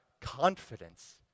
confidence